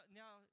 now